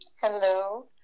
Hello